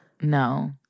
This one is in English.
No